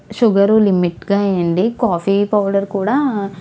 sugar లిమిట్గా వేయండి coffee powder కూడా